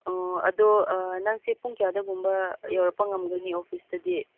ꯑꯗꯣ ꯅꯪꯁꯦ ꯄꯨꯡ ꯀꯌꯥꯗꯒꯨꯝꯕ ꯌꯧꯔꯛꯄ ꯉꯝꯒꯅꯤ ꯑꯣꯐꯤꯁꯇꯗꯤ